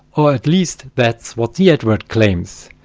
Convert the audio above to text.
or least that's what the advert claims.